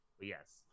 yes